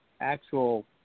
actual